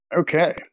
Okay